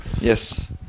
Yes